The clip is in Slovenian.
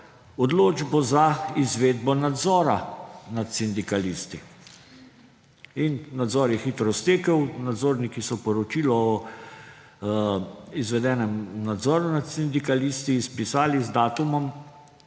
odločbo za izvedbo nadzora nad sindikalisti in nadzor je hitro stekel, nadzorniki so poročilo o izvedenem nadzoru nad sindikalisti spisali z datumom